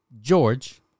George